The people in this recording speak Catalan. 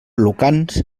lucans